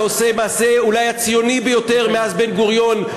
אתה עושה מעשה אולי הציוני ביותר מאז בן-גוריון,